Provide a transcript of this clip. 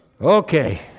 okay